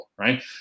right